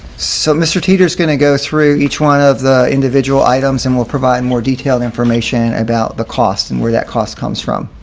so mr. teacher is going to go through each one of the individual items and will provide more detailed information about the cost and where that cost comes from.